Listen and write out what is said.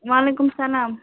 وعلیکُم السلام